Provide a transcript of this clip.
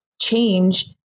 change